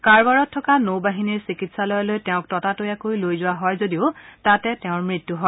কাৰৱাৰত থকা নৌ বাহিনীৰ চিকিৎসালয়লৈ তেওঁক ততাতৈয়াকৈ লৈ যোৱা হয় যদিও তাতে তেওঁৰ মৃত্যু হয়